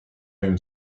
whom